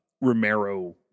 Romero